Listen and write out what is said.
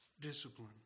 discipline